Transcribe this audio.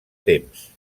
temps